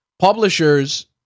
publishers